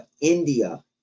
India